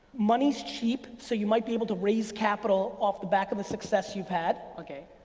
money's cheap, so you might be able to raise capital off the back of the success you've had. okay.